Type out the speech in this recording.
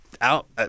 Out